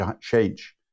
change